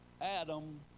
adam